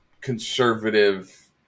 conservative